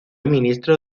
ministro